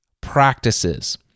practices